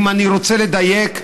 אם אני רוצה לדייק,